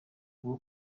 bwo